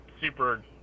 super